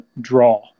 draw